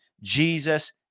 Jesus